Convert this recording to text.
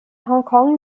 hongkong